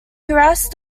harassed